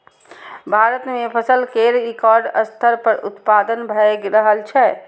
भारत मे फसल केर रिकॉर्ड स्तर पर उत्पादन भए रहल छै